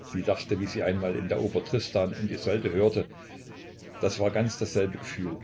sie dachte wie sie einmal in der oper tristan und isolde hörte das war ganz dasselbe gefühl